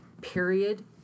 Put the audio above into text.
Period